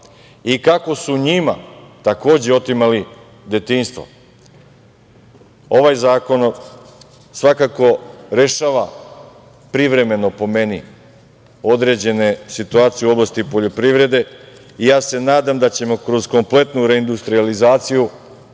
i kako su njima takođe otimali detinjstvo. Ovaj zakon svakako rešava privremeno, po meni, određene situacije u oblasti poljoprivrede, i nadam se da ćemo kroz kompletnu reindustrijalizaciju